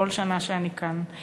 בכל שנה שאני כאן.